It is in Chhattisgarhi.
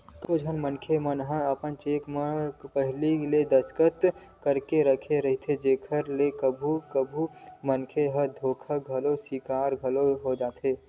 कतको झन मनखे मन ह अपन चेक मन म पहिली ले दस्खत करके राखे रहिथे जेखर ले कभू कभू मनखे ह धोखा के सिकार घलोक हो जाथे